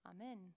Amen